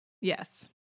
Yes